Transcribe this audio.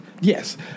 Yes